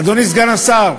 אדוני סגן השר,